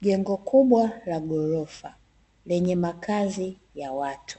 Jengo kubwa la ghorofa lenye makazi ya watu